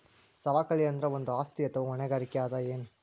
ಸವಕಳಿ ಅಂದ್ರ ಒಂದು ಆಸ್ತಿ ಅಥವಾ ಹೊಣೆಗಾರಿಕೆ ಅದ ಎನು?